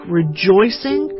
rejoicing